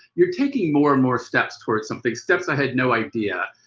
you're taking more and more steps towards something, steps i had no idea.